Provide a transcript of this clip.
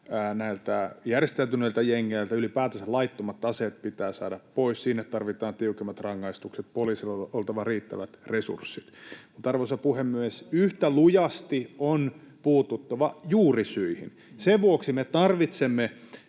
näille järjestäytyneille jengeille, ylipäätänsä laittomat aseet pitää saada pois, sinne tarvitaan tiukemmat rangaistukset, poliisilla on oltava riittävät resurssit. Mutta, arvoisa puhemies, yhtä lujasti on puututtava juurisyihin. Sen vuoksi me tarvitsemme